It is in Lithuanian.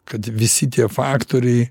kad visi tie faktoriai